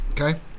Okay